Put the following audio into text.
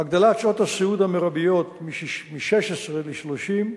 הגדלת שעות הסיעוד המרביות מ-16 ל-30,